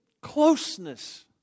closeness